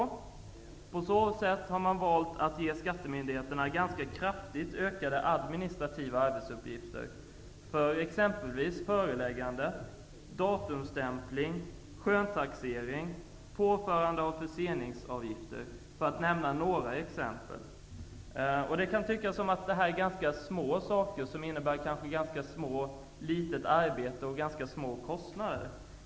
Därigenom kommer skattemyndigheterna att få ganska kraftigt ökade administrativa arbetsuppgifter -- föreläggande, datumstämpling, skönstaxering och påförande av förseningsavgifter, för att nämna några exempel. Det kan tyckas att detta är små saker som innebär litet arbete och ganska små kostnader.